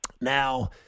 now